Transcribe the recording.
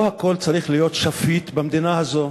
לא הכול צריך להיות שפיט במדינה הזו.